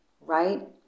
right